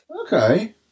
Okay